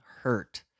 hurt